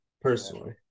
Personally